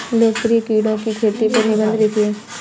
लोकप्रिय कीड़ों की खेती पर निबंध लिखिए